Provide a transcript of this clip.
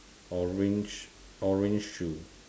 orange orange shoe